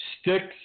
Sticks